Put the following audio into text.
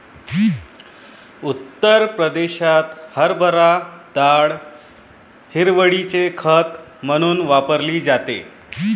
उत्तर प्रदेशात हरभरा डाळ हिरवळीचे खत म्हणून वापरली जाते